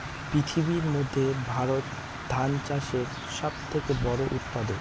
পৃথিবীর মধ্যে ভারত ধান চাষের সব থেকে বড়ো উৎপাদক